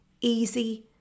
easy